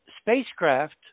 spacecraft